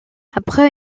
après